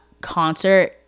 concert